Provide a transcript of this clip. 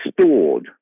stored